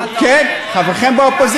למה אתה אומר את זה?